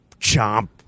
chomp